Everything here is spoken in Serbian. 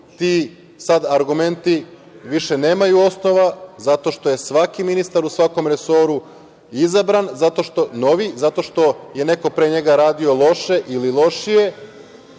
ti sada argumenti više nemaju osnova zato što je svaki ministar u svakom resoru izabran novi, zato što je neko pre njega radio loše ili lošije